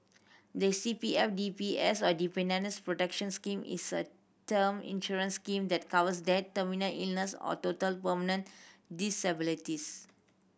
the C P F D P S or Dependants' Protection Scheme is a term insurance scheme that covers death terminal illness or total permanent disabilities